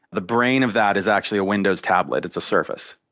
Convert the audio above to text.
the brain of that is actually a windows tables, it's a surface.